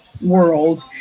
world